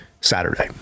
Saturday